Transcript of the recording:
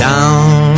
Down